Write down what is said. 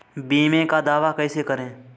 बीमे का दावा कैसे करें?